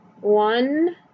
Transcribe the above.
one